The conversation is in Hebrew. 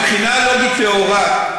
מבחינה לוגית טהורה,